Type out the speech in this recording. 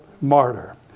martyr